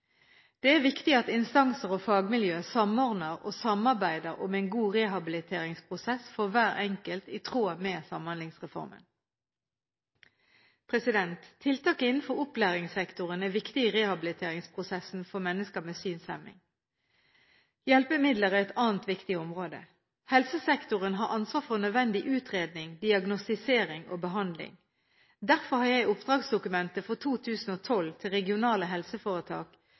Det er viktig at instanser og fagmiljøer samordner og samarbeider om en god rehabiliteringsprosess for hver enkelt, i tråd med Samhandlingsreformen. Tiltak innenfor opplæringssektoren er viktig i rehabiliteringsprosessen for mennesker med synshemning. Hjelpemidler er et annet viktig område. Helsesektoren har ansvar for nødvendig utredning, diagnostisering og behandling. Derfor har jeg i oppdragsdokumentet for 2012 til regionale helseforetak